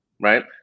Right